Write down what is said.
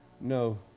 No